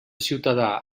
ciutadà